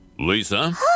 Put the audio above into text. Lisa